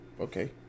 okay